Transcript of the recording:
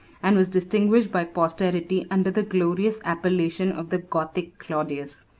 and was distinguished by posterity under the glorious appellation of the gothic claudius.